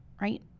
right